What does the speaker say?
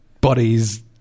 bodies